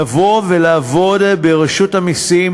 לבוא ולעבוד ברשות המסים.